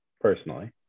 personally